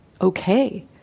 okay